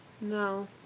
No